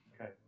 Okay